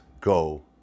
go